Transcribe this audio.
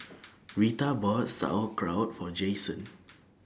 Rita bought Sauerkraut For Jayson